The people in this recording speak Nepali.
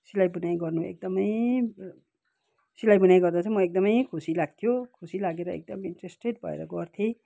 सिलाइ बुनाइ गर्नु एकदमै सिलाइ बुनाइ गर्दा चाहिँ म एकदमै खुसी लाग्थ्यो खुसी लागेर एकदमै इन्ट्रेस्टेड भएर गर्थेँ